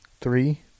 Three